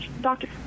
doctor